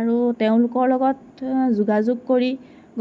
আৰু তেওঁলোকৰ লগত যোগাযোগ কৰি